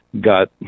got